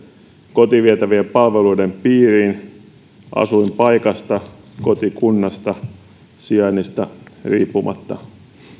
kotiin vietävien palveluiden piiriin asuinpaikasta kotikunnasta sijainnista riippumatta